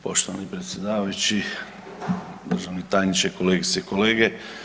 Poštovani predsjedavajući, državni tajniče, kolegice i kolege.